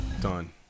Done